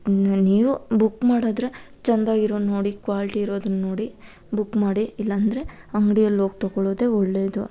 ನೀವು ಬುಕ್ ಮಾಡಿದ್ರೆ ಚಂದಾಗಿರೋದು ನೋಡಿ ಕ್ವಾಲ್ಟಿ ಇರೋದನ್ನು ನೋಡಿ ಬುಕ್ ಮಾಡಿ ಇಲ್ಲಾಂದರೆ ಅಂಗ್ಡಿಯಲ್ಲೋಗಿ ತೊಕೊಳೋದೆ ಒಳ್ಳೆಯದು